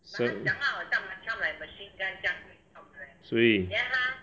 Se~ 谁